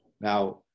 Now